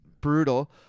brutal